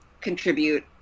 contribute